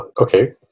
Okay